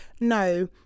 no